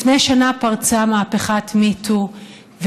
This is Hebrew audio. לפני שנה פרצה מהפכת Me Too,